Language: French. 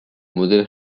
modèle